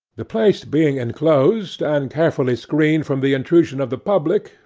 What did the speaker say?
the place being inclosed, and carefully screened from the intrusion of the public,